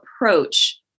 approach